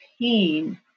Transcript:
pain